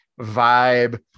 vibe